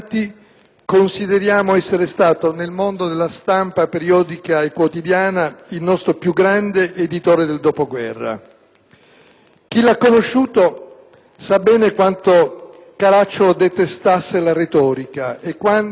consideriamo essere stato, nel mondo della stampa periodica e quotidiana, il nostro più grande editore del dopoguerra. Chi lo ha conosciuto sa bene quanto Caracciolo detestasse la retorica e quanto,